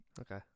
okay